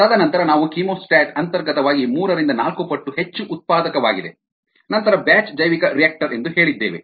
ತದನಂತರ ನಾವು ಕೀಮೋಸ್ಟಾಟ್ ಅಂತರ್ಗತವಾಗಿ ಮೂರರಿಂದ ನಾಲ್ಕು ಪಟ್ಟು ಹೆಚ್ಚು ಉತ್ಪಾದಕವಾಗಿದೆ ನಂತರ ಬ್ಯಾಚ್ ಜೈವಿಕರಿಯಾಕ್ಟರ್ ಎಂದು ಹೇಳಿದ್ದೇವೆ